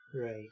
right